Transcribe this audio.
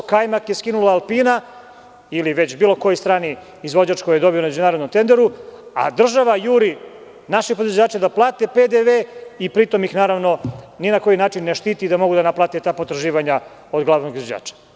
Čitav kajmak je skinula „Alpina“ ili bilo koji strani izvođač koji je dobio na međunarodnom tenderu, a država juri naše podizvođače da plate PDV i pri tom ih ni na koji način ne štiti da mogu da naplate ta potraživanja od glavnog izvođača.